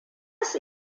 su